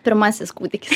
pirmasis kūdikis